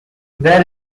there